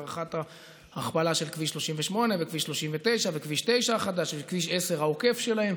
הארכת ההכפלה של כביש 38 וכביש 39 וכביש 9 החדש וכביש 10 העוקף שלהם.